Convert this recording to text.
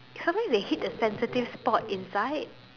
sometimes they hit a sensitive spot inside